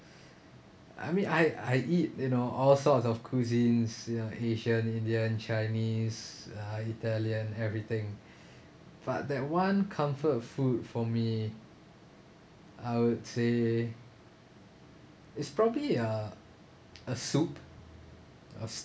I mean I I eat you know all sorts of cuisines you know asian indian chinese uh italian everything but that one comfort food for me I would say it's probably a a soup or